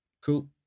cool